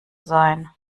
sein